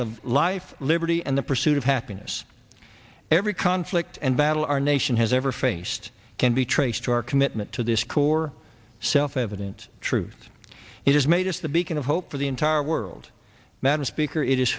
of life liberty and the pursuit of happiness every conflict and battle our nation has ever faced can be traced to our commitment to this core self evident truth it has made us the beacon of hope for the entire world madam speaker it is